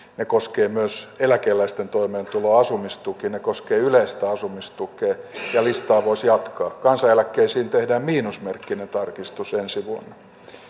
ne koskevat myös eläkeläisten toimeentuloa asumistukea ne koskevat yleistä asumistukea ja listaa voisi jatkaa kansaneläkkeisiin tehdään miinusmerkkinen tarkistus ensi vuonna